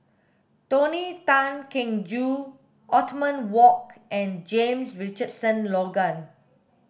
Tony Tan Keng Joo Othman Wok and James Richardson Logan